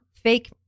fake